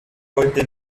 heute